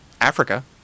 africa